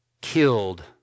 killed